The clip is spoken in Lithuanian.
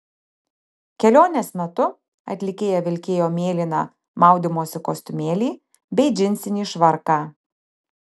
kelionės metu atlikėja vilkėjo mėlyną maudymosi kostiumėlį bei džinsinį švarką